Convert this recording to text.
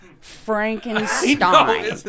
Frankenstein